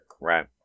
Right